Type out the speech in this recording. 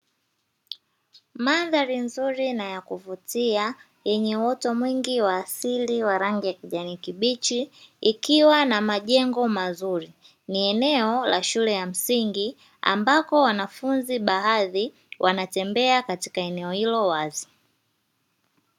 Mandhari nzuri na ya kuvutia yenye uoto mwingi wa asili wa rangi ya kijani kibichi ikiwa na majengo mazuri, ni eneo la shule ya msingi ambako wanafunzi baadhi wanatembea katika eneo hilo wazi.